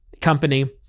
company